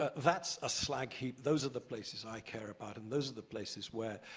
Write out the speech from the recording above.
ah that's a slag heap. those are the places i care about, and those are the places where,